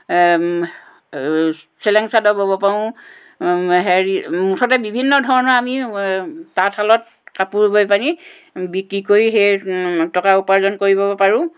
চেলেং চাদৰ ব'ব পাৰোঁ হেৰি মুঠতে বিভিন্ন ধৰণৰ আমি তাঁতশালত কাপোৰ বৈ পানি বিক্ৰী কৰি সেই টকা উপাৰ্জন কৰিব পাৰোঁ